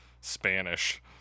spanish